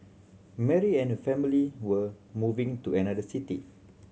Mary and her family were moving to another city